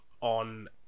on